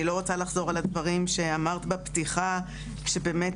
אני לא רוצה לחזור על הדברים שאמרת בפתיחה על באמת